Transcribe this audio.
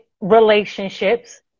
relationships